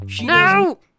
No